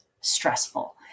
stressful